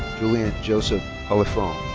julian joseph pollifrone.